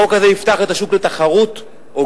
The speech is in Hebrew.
החוק הזה יפתח את השוק לתחרות הוגנת,